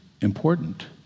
important